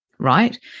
right